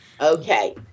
Okay